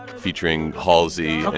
featuring halsey.